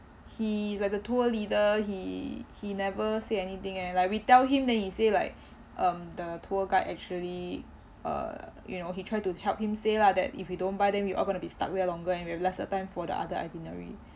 he like a tour leader he he never say anything leh like we tell him then he say like um the tour guide actually uh you know he tried to help him say lah that if we don't buy then we all gonna be stuck there longer and we have lesser time for the other itinerary